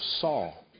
Saul